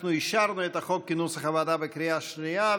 אנחנו אישרנו את החוק כנוסח הוועדה בקריאה שנייה,